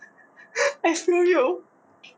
I feel you